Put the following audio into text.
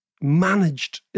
managed